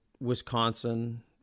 wisconsin